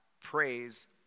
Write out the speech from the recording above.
Praise